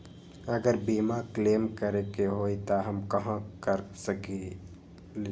अगर बीमा क्लेम करे के होई त हम कहा कर सकेली?